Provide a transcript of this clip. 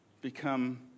become